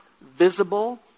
visible